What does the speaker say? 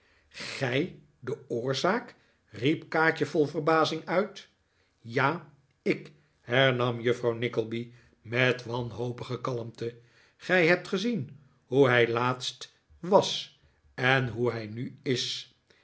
ij de oorzaak riep kaatje vol verbazing uit ja ik hernam juffrouw nickleby met wanhopige kalmte gij hebt gezien hoe hij laatst was en hoe hij nu is